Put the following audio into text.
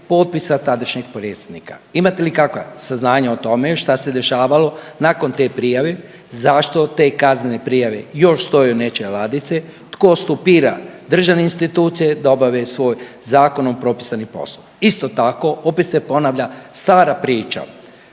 tadašnjeg predsjednika. Imate li kakva saznanja o tome šta se dešavalo nakon te prijave, zašto te kaznene prijave još stoje u nečijoj ladici, tko stopira državne institucije da obave svoj zakonom propisani posao? Isto tako, opet se ponavlja stara priča,